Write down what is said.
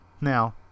Now